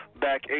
back